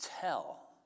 tell